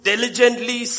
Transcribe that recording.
Diligently